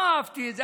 לא אהבתי את זה,